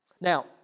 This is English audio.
Now